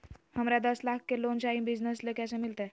हमरा दस लाख के लोन चाही बिजनस ले, कैसे मिलते?